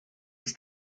its